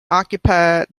occupied